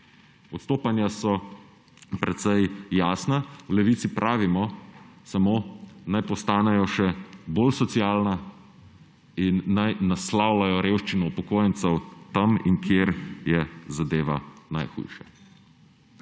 Odstopanja so precej jasna. V Levici pravimo samo, naj postanejo še bolj socialna in naj naslavljajo revščino upokojencev tam, kjer je zadeva najhujša.